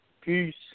peace